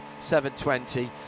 720